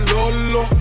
Lolo